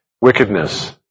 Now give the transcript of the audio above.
wickedness